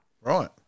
right